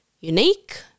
unique